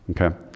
Okay